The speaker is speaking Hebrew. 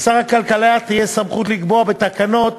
לשר הכלכלה תהיה סמכות לקבוע בתקנות,